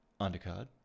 undercard